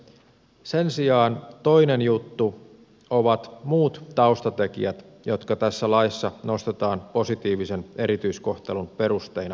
sen sijaan toinen juttu ovat muut taustatekijät jotka tässä laissa nostetaan positiivisen erityiskohtelun perusteina esiin